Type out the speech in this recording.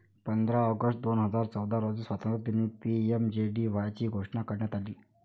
पंधरा ऑगस्ट दोन हजार चौदा रोजी स्वातंत्र्यदिनी पी.एम.जे.डी.वाय ची घोषणा करण्यात आली